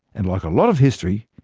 and like a lot of history,